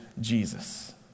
Jesus